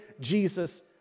Jesus